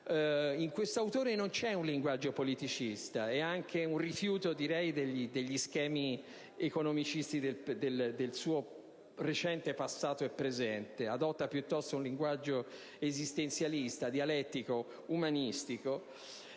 In questo autore non c'è un linguaggio politicista e vi è anche un rifiuto degli schemi economicisti del suo recente passato e presente: adotta piuttosto un linguaggio esistenzialista, dialettico, umanistico.